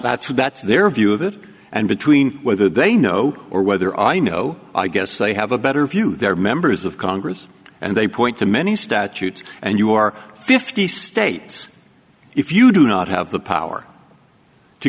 what that's their view of it and between whether they know or whether i know i guess they have a better view there are members of congress and they point to many statutes and you are fifty states if you do not have the power to